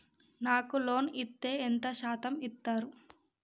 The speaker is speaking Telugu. నాకు లోన్ ఇత్తే ఎంత శాతం ఇత్తరు?